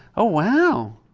oh, wow.